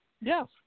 Yes